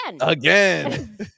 Again